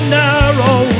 narrow